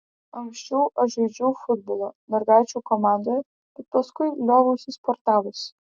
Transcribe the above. anksčiau aš žaidžiau futbolą mergaičių komandoje bet paskui lioviausi sportavusi